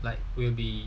like will be